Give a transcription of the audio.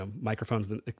microphones